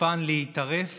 סופן להיטרף